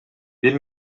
бир